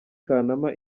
kanama